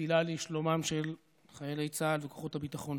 ובתפילה לשלומם של חיילי צה"ל וכוחות הביטחון.